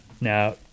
Now